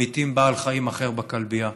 ממיתים בעל חיים אחר בכלבייה.